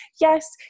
yes